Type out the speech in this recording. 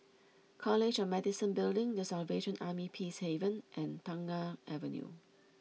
College of Medicine Building The Salvation Army Peacehaven and Tengah Avenue